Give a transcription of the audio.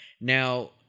Now